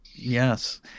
Yes